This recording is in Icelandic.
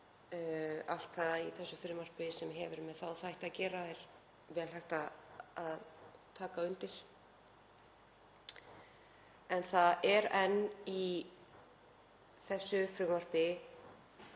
Allt í þessu frumvarpi sem hefur með þá þætti að gera er vel hægt að taka undir. En það er enn í þessu frumvarpi